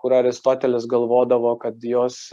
kur aristotelis galvodavo kad jos